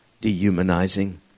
dehumanizing